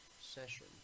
session